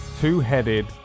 Two-headed